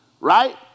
Right